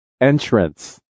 entrance